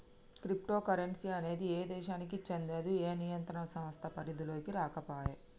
crypto currency అనేది ఏ దేశానికీ చెందదు, ఏ నియంత్రణ సంస్థ పరిధిలోకీ రాకపాయే